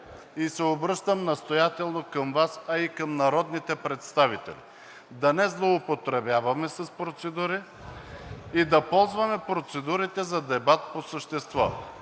и се обръщам настоятелно към Вас, а и към народните представители, да не злоупотребяваме с процедури и да ползваме процедурите за дебат по същество.